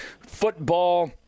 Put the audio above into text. football